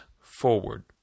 forward